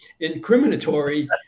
incriminatory